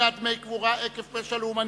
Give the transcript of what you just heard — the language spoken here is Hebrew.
שלילת דמי קבורה עקב פשע לאומני),